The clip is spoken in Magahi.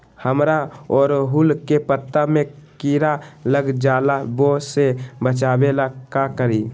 हमरा ओरहुल के पत्ता में किरा लग जाला वो से बचाबे ला का करी?